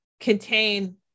contain